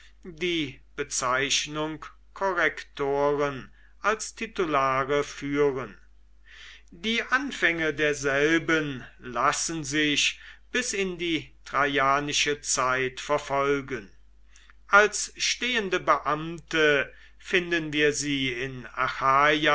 die bezeichnung korrektoren als titulare führen die anfänge derselben lassen sich bis in die traianische zeit verfolgen als stehende beamte finden wir sie in